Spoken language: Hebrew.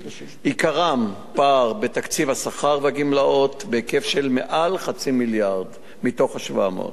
עיקרם: פער בתקציב השכר והגמלאות בהיקף שמעל חצי מיליארד מתוך ה-700.